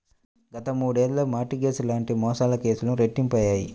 గత మూడేళ్లలో mortgage లాంటి మోసాల కేసులు రెట్టింపయ్యాయి